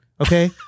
okay